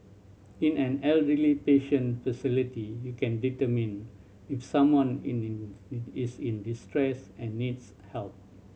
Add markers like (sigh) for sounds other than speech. in an elderly patient facility you can determine if someone in (unintelligible) it is in distress and needs help